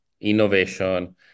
innovation